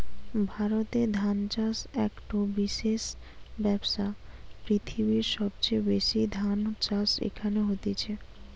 ভারতে ধান চাষ একটো বিশেষ ব্যবসা, পৃথিবীর সবচেয়ে বেশি ধান চাষ এখানে হতিছে